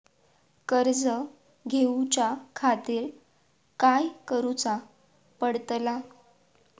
कर्ज घेऊच्या खातीर काय करुचा पडतला?